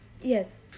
yes